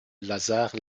lazare